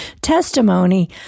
testimony